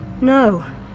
No